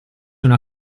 una